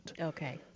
Okay